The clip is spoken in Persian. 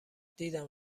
دیدم